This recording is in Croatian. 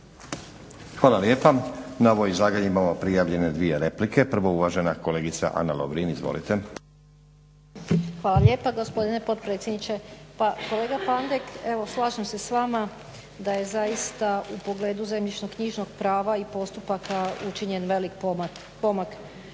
Hvala lijepa. Na ovo izlaganje imamo prijavljene dvije replike. Prvo uvažena kolegica Ana Lovrin. Izvolite. **Lovrin, Ana (HDZ)** Hvala lijepa gospodine potpredsjedniče. Pa kolega Pandek, evo slažem se s vama da je zaista u pogledu zemljišno-knjižnog prava i postupaka učinjen velik pomak